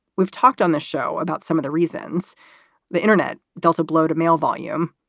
we've talked on the show about some of the reasons the internet dealt a blow to mail volume.